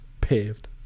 paved